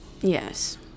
Yes